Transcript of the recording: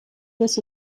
this